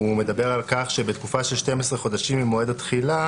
הוא מדבר על כך שבתקופה של 12 חודשים ממועד התחילה